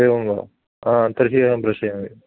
एवं वा तर्हि अहं प्रेषयामि